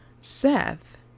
Seth